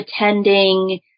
attending